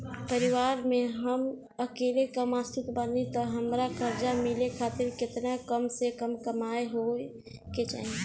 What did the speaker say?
परिवार में हम अकेले कमासुत बानी त हमरा कर्जा मिले खातिर केतना कम से कम कमाई होए के चाही?